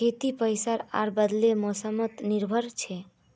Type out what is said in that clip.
खेती बारिश आर बदलते मोसमोत निर्भर छे